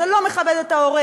זה לא מכבד את העורך,